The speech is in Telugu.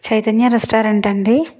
చైతన్య రెస్టారెంటా అండి